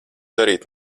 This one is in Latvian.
darīt